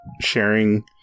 sharing